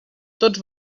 tots